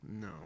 No